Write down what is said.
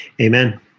Amen